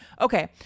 okay